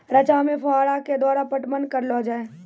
रचा मे फोहारा के द्वारा पटवन करऽ लो जाय?